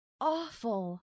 awful